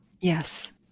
Yes